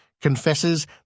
confesses